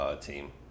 team